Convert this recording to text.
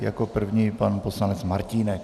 Jako první pan poslanec Martínek.